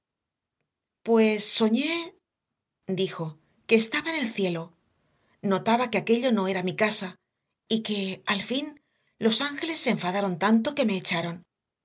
pues soñé dijo que estaba en el cielo notaba que aquello no era mi casa y que al fin los ángeles se enfadaron tanto que me echaron